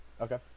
okay